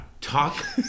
Talk